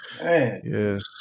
Yes